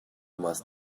must